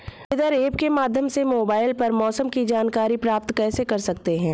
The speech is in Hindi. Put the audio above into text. वेदर ऐप के माध्यम से मोबाइल पर मौसम की जानकारी प्राप्त कर सकते हैं